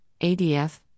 ADF